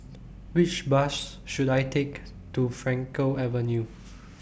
Which Bus should I Take to Frankel Avenue